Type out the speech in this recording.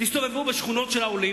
תסתובבו בשכונות של העולים,